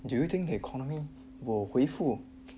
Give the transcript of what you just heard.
do you think the economy will 恢复